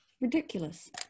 ridiculous